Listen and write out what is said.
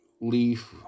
leaf